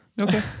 Okay